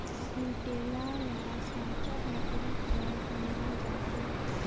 कुटेला ल साचर लकरी कर बनाल जाथे